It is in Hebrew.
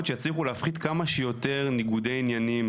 שיצליחו להפחית כמה שיותר ניגודי עניינים,